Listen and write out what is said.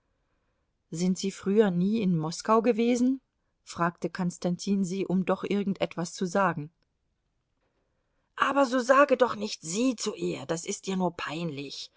sind sie früher nie in moskau gewesen fragte konstantin sie um doch irgend etwas zu sagen aber so sage doch nicht sie zu ihr das ist ihr nur peinlich